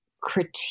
critique